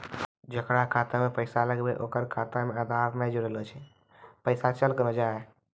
जेकरा खाता मैं पैसा लगेबे ओकर खाता मे आधार ने जोड़लऽ छै पैसा चल कोना जाए?